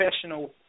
professional